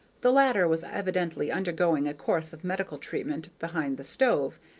the latter was evidently undergoing a course of medical treatment behind the stove,